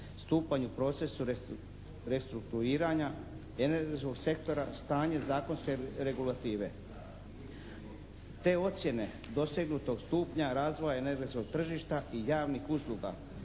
Stupanje u procesu restrukturiranja energetskog sektora, stanje zakonske regulative. Te ocjene dosegnutog stupnja razvoja energetskog tržišta i javnih usluga